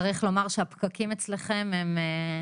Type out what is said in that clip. צריך לומר שהפקקים אצלכם הם נוראיים.